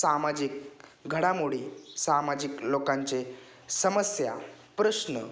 सामाजिक घडामोडी सामाजिक लोकांचे समस्या प्रश्न